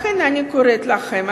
לכן אני קוראת לכם,